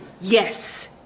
Yes